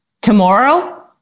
Tomorrow